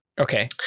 Okay